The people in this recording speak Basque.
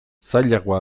zailagoa